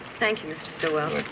thank you, mr. stillwell.